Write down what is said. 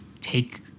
take